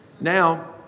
Now